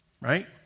Right